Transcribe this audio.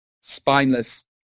spineless